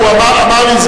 גם אני עקבי.